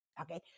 Okay